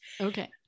Okay